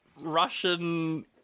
Russian